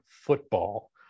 football